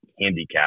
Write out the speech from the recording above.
handicap